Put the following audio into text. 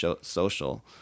social